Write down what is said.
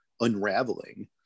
unraveling